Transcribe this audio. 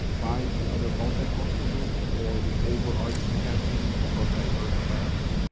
by the other multicultural groups or the over-arching campaign which is called diverse mass.